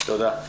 תודה.